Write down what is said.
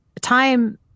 time